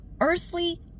earthly